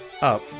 up